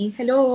Hello